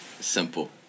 Simple